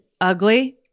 ugly